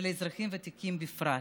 ולאזרחים ותיקים בפרט.